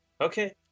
Okay